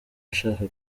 ushaka